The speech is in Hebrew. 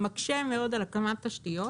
זה מקשה מאוד על הקמת תשתיות